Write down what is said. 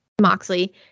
Moxley